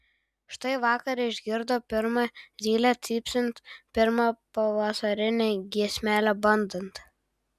štai vakar išgirdo pirmą zylę cypsint pirmą pavasarinę giesmelę bandant